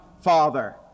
father